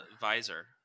visor